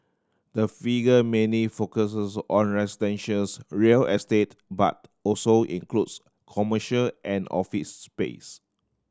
the figure mainly focuses on residentials real estate but also includes commercial and office space